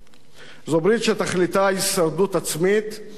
זו ברית שתכליתה הישרדות עצמית על פני